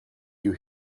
you